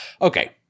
Okay